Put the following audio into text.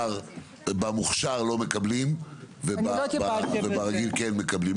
שבמוכשר לא מקבלים וברגיל כן מקבלים.